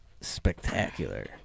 spectacular